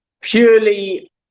purely